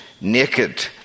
naked